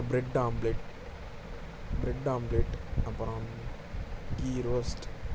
அப்பறம் bread omelette bread omelette அப்பறம் ghee roast